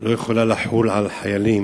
לא יכולה לחול על חיילים,